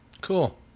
Cool